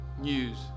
news